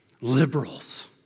Liberals